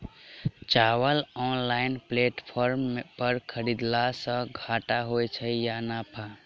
चावल online platform पर खरीदलासे घाटा होइ छै या नफा?